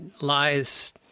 lies